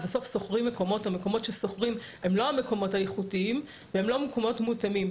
בסוף שוכרים מקומות והמקומות ששוכרים אינם איכותיים ואינם מותאמים.